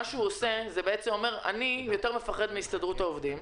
הוא בעצם אומר: אני יותר מפחד מהסתדרות העובדים,